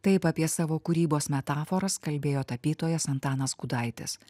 taip apie savo kūrybos metaforas kalbėjo tapytojas antanas gudaitis